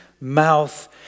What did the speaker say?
mouth